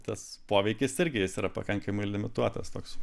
tas poveikis irgi jis yra pakankamai limituotas toks